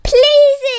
Please